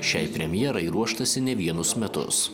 šiai premjerai ruoštasi ne vienus metus